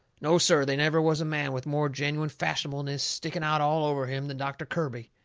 no, sir they never was a man with more genuine fashionableness sticking out all over him than doctor kirby.